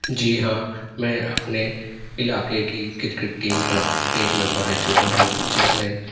جی ہاں میں اپنے علاقے کی کرکٹ ٹیم کا ایک ممبر رہ چکا ہوں جس میں